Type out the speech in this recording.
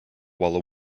while